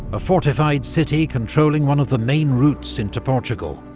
a fortified city controlling one of the main routes into portugal,